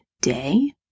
day